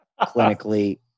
clinically